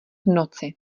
noci